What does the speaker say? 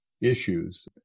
issues